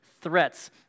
threats